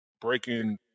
breaking